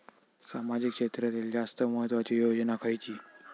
सामाजिक क्षेत्रांतील जास्त महत्त्वाची योजना खयची?